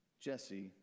Jesse